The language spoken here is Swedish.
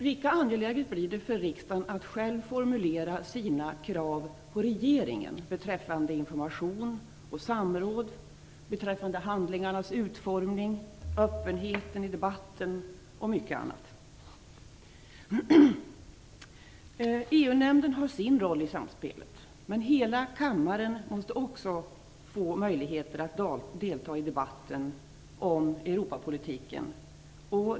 Lika angeläget blir det för riksdagen att själv formulera sina krav på regeringen beträffande information och samråd, handlingarnas utformning, öppenhet i debatten och mycket annat. EU-nämnden har sin roll i samspelet. Men hela kammaren måste också få möjlighet att delta i debatten om Europapolitiken.